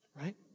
right